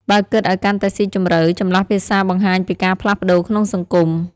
បើគិតឱ្យកាន់តែស៊ីជម្រៅ ចម្លាស់ភាសាបង្ហាញពីការផ្លាស់ប្តូរក្នុងសង្គម។